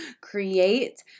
create